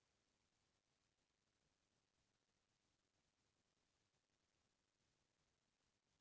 सिंचित बोआई बर गेहूँ के उन्नत किसिम बतावव?